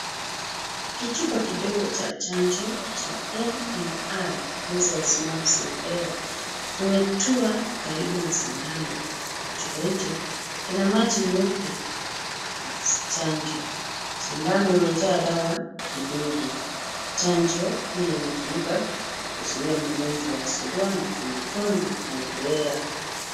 Kichupa kidogo cha chanjo cha MMR, measles mumps rubella , kimetua karibu na sindano. Kichupa hicho kina maji meupe ya chanjo. Sindano imejaa dawa kidogo. Chanjo hii inatumika kuzuia magonjwa ya surua, matumbwitumbwi, na rubella .